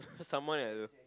someone I love